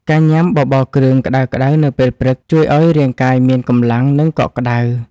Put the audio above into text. ការញ៉ាំបបរគ្រឿងក្តៅៗនៅពេលព្រឹក ជួយឱ្យរាងកាយមានកម្លាំង និងកក់ក្តៅ។